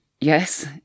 yes